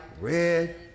red